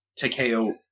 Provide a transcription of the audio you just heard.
Takeo